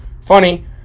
Funny